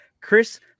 Chris